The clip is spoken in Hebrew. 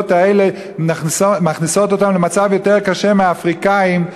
האלה מכניסה אותן למצב יותר קשה משל האפריקנים,